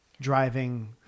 driving